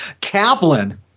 Kaplan